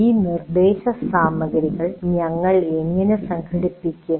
ഈ നിർദ്ദേശസാമഗ്രികൾ ഞങ്ങൾ എങ്ങനെ സംഘടിപ്പിക്കും